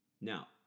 Now